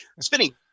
spinning